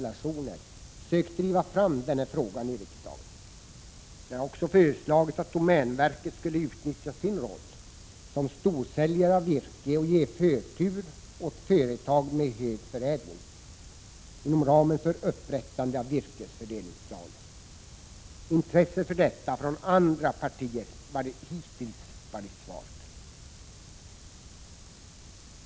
tioner sökt driva fram den här frågan i riksdagen. Vi har också föreslagit att domänverket skulle utnyttja sin roll som storsäljare av virke och ge förtur åt företag med hög förädling inom ramen för upprättande av virkesfördelningsplaner. Intresset för detta från andra partier har hittills varit svalt.